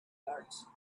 yards